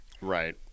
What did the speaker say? Right